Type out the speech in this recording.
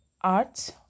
art